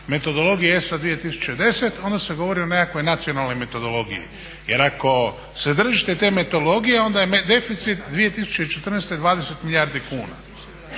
metodologije ESA 2010. onda se govori o nekakvoj nacionalnoj metodologiji. Jer ako se držite te metodologije onda je deficit 2014. 20 milijardi kuna.